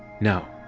no.